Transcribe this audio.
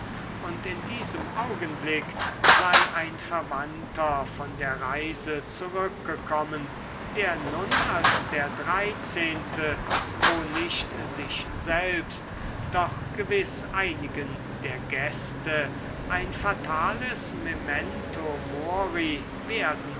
und in diesem augenblick sei ein verwandter von der reise zurückgekommen der nun als der dreizehnte wo nicht sich selbst doch gewiß einigen der gäste ein fatales memento mori werden